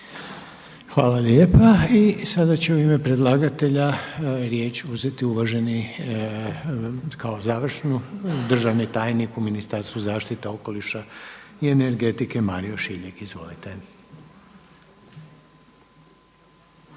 Hvala lijepa. Sada će u ime predlagatelja riječ uzeti uvaženi kao završnu državni tajnik u Ministarstvu zaštite okoliša i energetike Mario Šiljeg. Izvolite!